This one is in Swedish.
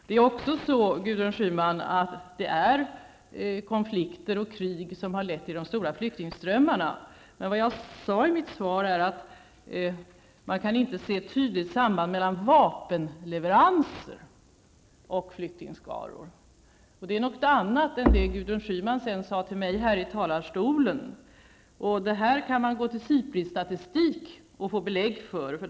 Det är också så, Gudrun Schyman, att det är konflikter och krig som har lett till de stora flyktingströmmarna. Men jag sade i mitt svar att man inte kan se ett tydligt samband mellan vapenleveranser och flyktingskaror. Det är något annat än vad Gudrun Schyman sedan sade till mig från talarstolen här. Man kan gå till SIPRIs statistik och få belägg för detta.